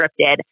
scripted